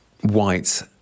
white